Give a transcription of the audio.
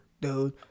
dude